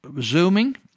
Zooming